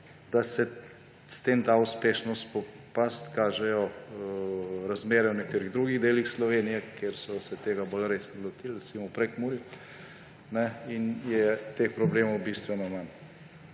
Da se s tem da uspešno spopasti, kažejo razmere v nekaterih drugih delih Slovenije, kjer so se tega bolj resno lotil, recimo v Prekmurju, in je teh problemov bistveno manj.